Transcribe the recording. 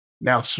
now